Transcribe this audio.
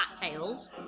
tails